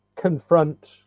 confront